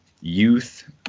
youth